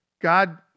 God